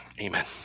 Amen